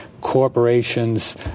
corporations